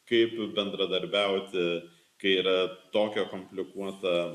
kaip bendradarbiauti kai yra tokia komplikuota